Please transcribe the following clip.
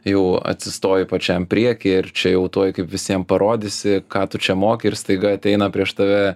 jau atsistoji pačiam prieky ir čia jau tuoj kaip visiem parodysi ką tu čia moki ir staiga ateina prieš tave